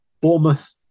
Bournemouth